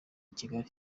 kigali